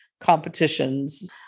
competitions